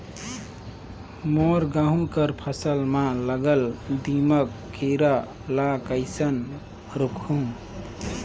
मोर गहूं कर फसल म लगल दीमक कीरा ला कइसन रोकहू?